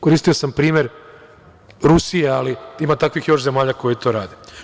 Koristio sam primer Rusije, ali ima takvih zemalja još koje to rade.